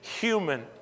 human